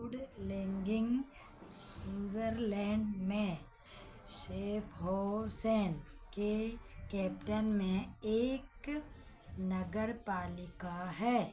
Rüdlingen Switzerland में Schaffhausen के canton में एक नगरपालिका है